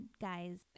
guys